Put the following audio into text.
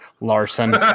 Larson